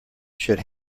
should